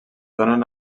donen